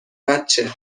بچه